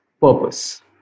purpose